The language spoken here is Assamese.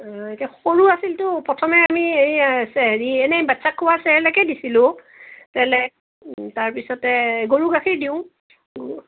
এতিয়া সৰু আছিলতো প্ৰথমে আমি এ হেৰি এনে বাচ্ছাক খোওৱা চেৰলেকে দিছিলোঁ চেৰলেক তাৰপিছতে গৰু গাখীৰ দিওঁ